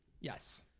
Yes